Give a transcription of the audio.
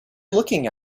looking